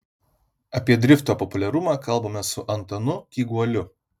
apie drifto populiarumą kalbamės su antanu kyguoliu